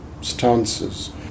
stances